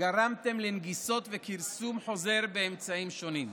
גרמתם לנגיסות וכרסום חוזר באמצעים שונים.